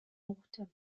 autumn